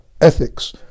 ethics